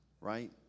right